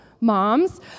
moms